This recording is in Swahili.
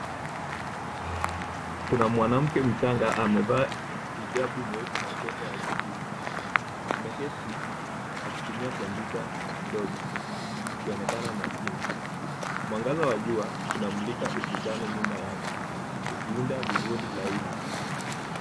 Kuna mwanamke mchanga amevaa hijabu nyeusi na sweta ya kijivu. Ameketi akitumia kompyuta ndogo akionekana makini. Mwangaza wa jua unamulika ukutani nyuma yake ukiunda vivuli laini.